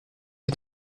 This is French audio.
est